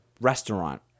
restaurant